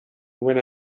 when